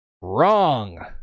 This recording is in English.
Wrong